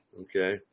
Okay